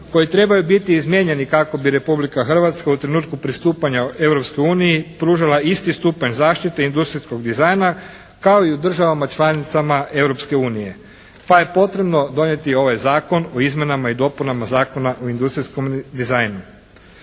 koji trebaju biti izmijenjeni kako bi Republika Hrvatska u trenutku pristupanja Europskoj uniji pružala isti stupanj zaštite industrijskog dizajna kao i u državama članicama Europske unije pa je potrebno donijeti ovaj Zakon o izmjenama i dopunama Zakona o industrijskom dizajnu.